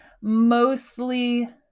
mostly